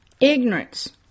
Ignorance